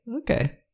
okay